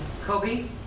Kobe